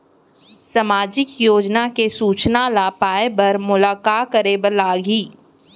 सामाजिक योजना के सूचना ल पाए बर मोला का करे बर लागही?